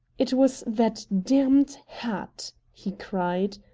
it was that damned hat! he cried.